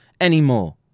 anymore